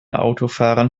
autofahrern